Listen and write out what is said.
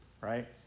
right